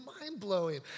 mind-blowing